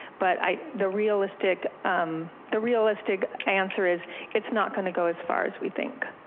but the realistic the realistic answer is it's not gonna go as far as we think.